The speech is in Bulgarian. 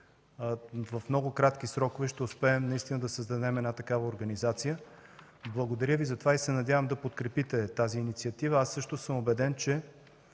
в много кратки срокове ще успеем наистина да създадем такава организация. Благодаря Ви за това и се надявам да подкрепите тази инициатива. Аз също съм убеден, че